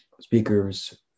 speakers